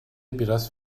biraz